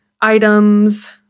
items